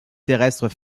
terrestres